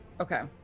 Okay